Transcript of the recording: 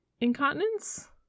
incontinence